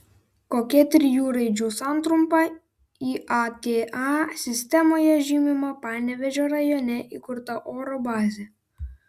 kokia trijų raidžių santrumpa iata sistemoje žymima panevėžio rajone įkurta oro bazė